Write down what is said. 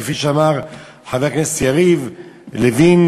כפי שאמר חבר הכנסת יריב לוין,